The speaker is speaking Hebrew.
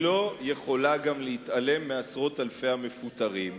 היא לא יכולה גם להתעלם מעשרות אלפי המפוטרים,